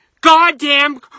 Goddamn